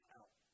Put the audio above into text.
out